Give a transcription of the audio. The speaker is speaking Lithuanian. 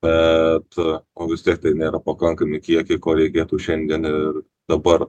bet o vis tiek tai nėra pakankami kiekiai ko reikėtų šiandien ir dabar